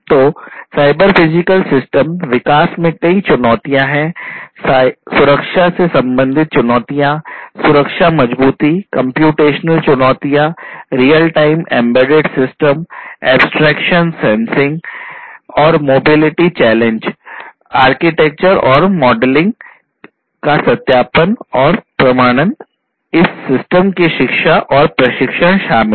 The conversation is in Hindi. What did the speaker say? तो साइबर फिजिकल सिस्टम विकास में कई चुनौतियां हैं सुरक्षा से संबंधित चुनौतियां सुरक्षा मजबूती कम्प्यूटेशनल चुनौतियां रियल टाइम एंबेडेड सिस्टम का सत्यापन और प्रमाणन और इन सिस्टम की शिक्षा और प्रशिक्षण शामिल हैं